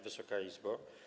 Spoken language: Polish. Wysoka Izbo!